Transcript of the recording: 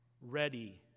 ready